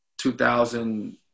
2000